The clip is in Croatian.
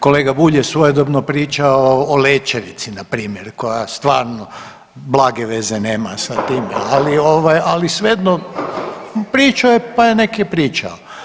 Kolega Bulj je svojedobno pričao o Lećevici npr. koja stvarno blage veze nema sa time, ali svejedno pričao je pa nek je pričao.